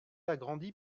agrandi